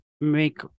make